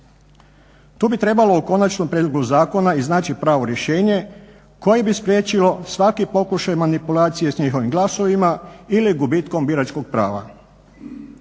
Tu bi trebalo u konačnom prijedlogu zakona iznaći pravo rješenje koje bi spriječilo svaki pokušaj manipulacije s njihovim glasovima ili gubitkom biračkog prava.